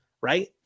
right